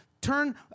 turn